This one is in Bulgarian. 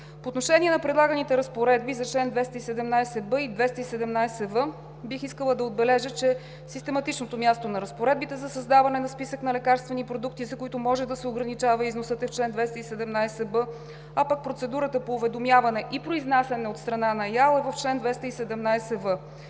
По отношение на предлаганите разпоредби за чл. 217б и 217в бих искала да отбележа, че систематичното място на разпоредбите за създаване на списък на лекарствени продукти, за които може да се ограничава износът, е в чл. 217б, а процедурата по уведомяване и произнасяне от страна на ИАЛ е в чл. 217в.